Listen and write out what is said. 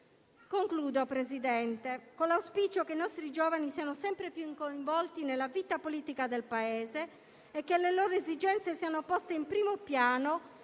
concludo con l'auspicio che i nostri giovani siano sempre più coinvolti nella vita politica del Paese e che le loro esigenze siano poste in primo piano,